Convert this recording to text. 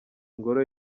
ingoro